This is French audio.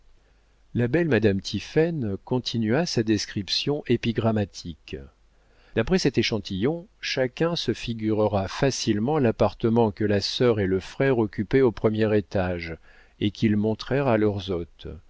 la belle madame tiphaine continua sa description épigrammatique d'après cet échantillon chacun se figurera facilement l'appartement que la sœur et le frère occupaient au premier étage et qu'ils montrèrent à leurs hôtes